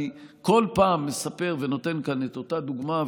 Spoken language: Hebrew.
אני כל פעם מספר ונותן כאן את אותה דוגמה,